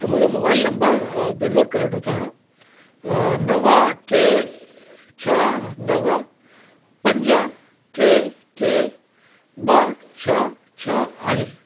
त मुंहिंजो mobile number बि नोट करे वठो तव्हां नव टे छह नव पंज टे टे ॿ छह छह आहे